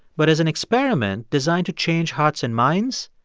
but as an experiment designed to change hearts and minds,